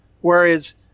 Whereas